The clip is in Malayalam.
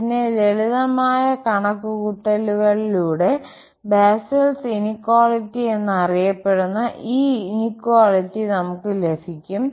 പിന്നെ ലളിതമായ കണക്കുകൂട്ടലുകളിലൂടെ ബെസ്സൽസ് ഇനിക്വാളിറ്റി എന്നറിയപ്പെടുന്ന ഈ ഇനിക്വാളിറ്റി നമുക്ക് ലഭിക്കും